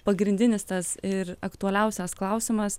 pagrindinis tas ir aktualiausias klausimas